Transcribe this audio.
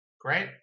Great